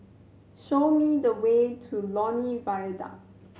show me the way to Lornie Viaduct